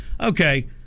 Okay